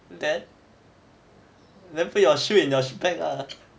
then then put your shoe in your bag lah